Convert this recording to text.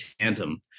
tandem